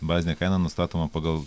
bazinė kaina nustatoma pagal